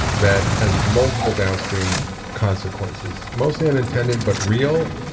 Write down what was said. that has multiple downstream consequences mostly unintended, but real,